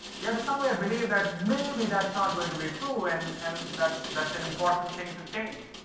you know to somewhere believe that maybe that's not going to be true. and and that's that's an important thing to change.